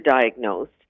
diagnosed